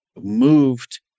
moved